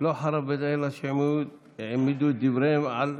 לא חרב בית המקדש אלא שהעמידו את דבריהם על,